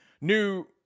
new